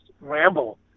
ramble